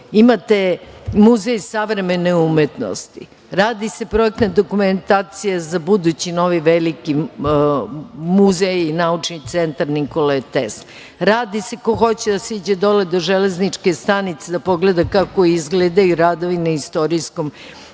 imate Muzej savremene umetnosti. Radi se projektna dokumentacija za budući novi veliki muzej i naučni centar Nikole Tesle. Radi se, ko hoće da siđe dole do železničke stanice da pogleda kako izgledaju radovi na Istorijskom muzeju